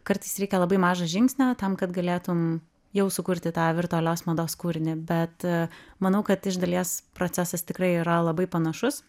kartais reikia labai mažo žingsnio tam kad galėtum jau sukurti tą virtualios mados kūrinį bet manau kad iš dalies procesas tikrai yra labai panašus